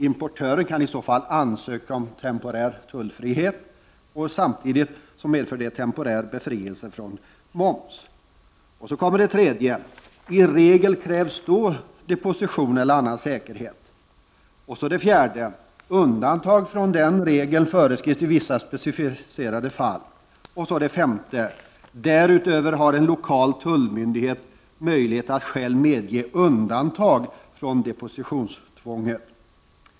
Importören kan i så fall ansöka om temporär tullfrihet, vilket samtidigt medför temporär befrielse från moms. För det tredje krävs det då i regel deposition eller annan säkerhet. För det fjärde föreskrivs från den regeln undantag i vissa specificerade fall. Till sist för det femte: Därutöver har en lokal tullmyndighet möjlighet att själv medge undantag från depositionstvånget.